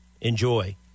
Enjoy